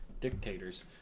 dictators